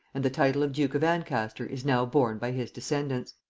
and the title of duke of ancaster is now borne by his descendants.